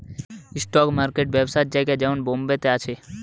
stock market ব্যবসার জায়গা যেমন বোম্বে তে আছে